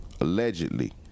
Allegedly